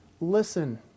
listen